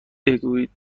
بگویید